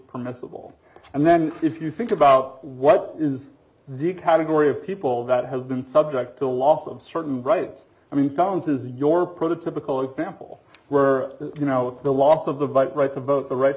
permissible and then if you think about what is the category of people that have been subject to a lot of certain rights i mean founds is your prototypical example were you know the last of the but right to vote the r